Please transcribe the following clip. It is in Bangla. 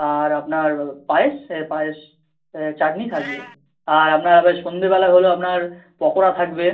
আর আপনার পায়েস পায়েস চাটনি থাকবে আর আপনার আবার সন্ধেবেলা হলো আপনার পকোড়া থাকবে